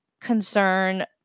concern